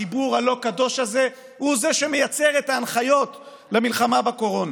החיבור הלא-קדוש הזה הוא שמייצר את ההנחיות למלחמה בקורונה.